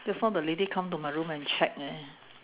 just now the lady come to my room and check leh